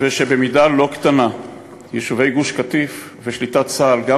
ושבמידה לא קטנה יישובי גוש-קטיף ושליטת צה"ל גם